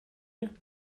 you